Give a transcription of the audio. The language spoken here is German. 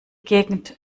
gegend